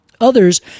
Others